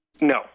No